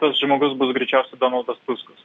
tas žmogus bus greičiausiai donaldas tuskas